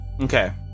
Okay